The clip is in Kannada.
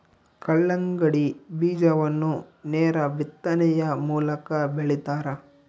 ಕಲ್ಲಂಗಡಿ ಬೀಜವನ್ನು ನೇರ ಬಿತ್ತನೆಯ ಮೂಲಕ ಬೆಳಿತಾರ